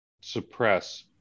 suppress